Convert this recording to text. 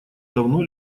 давно